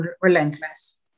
relentless